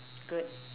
good